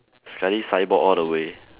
sekali cyborg all the way